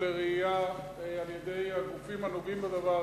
לרעייה על-ידי הגופים הנוגעים בדבר,